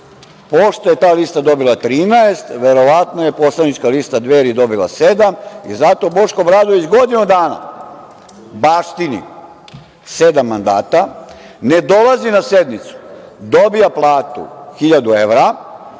Pošto je ta lista dobila 13, verovatno je poslanička lista Dveri dobila sedam i zato Boško Obradović godinu dana baštini sedam mandata, ne dolazi na sednicu, dobija platu hiljadu evra,